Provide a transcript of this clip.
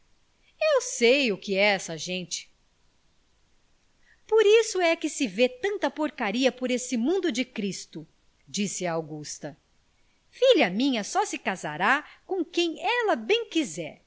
eu sei o que é essa gente por isso é que se vê tanta porcaria por esse mundo de cristo disse a augusta filha minha só se casará com quem ela bem quiser